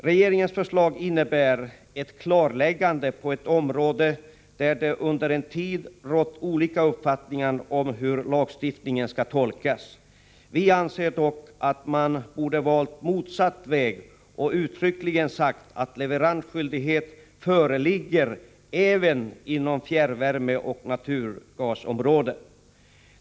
Regeringens förslag innebär ett klarläggande på ett område där det under en tid rått olika uppfattningar om hur lagstiftningen skall tolkas. Vi anser dock att man borde ha valt motsatt väg och uttryckligen sagt att leveransskyldighet föreligger även inom fjärrvärmeoch naturgasområdet.